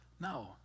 No